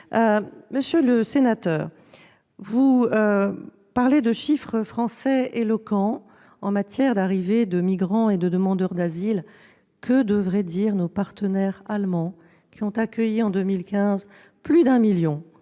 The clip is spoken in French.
Monsieur le sénateur, vous parlez de chiffres français éloquents en matière d'arrivées de migrants et de demandeurs d'asile. Que devraient dire nos partenaires allemands, qui ont accueilli en 2015 plus d'un million